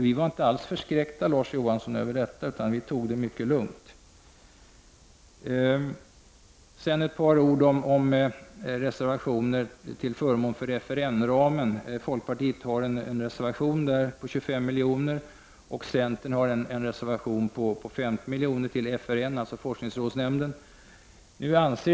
I en folkpartireservation föreslås ytterligare 25 milj.kr. och i en centerreservation ytterligare 50 milj.kr. till FRN, dvs. forskningsrådsnämnden.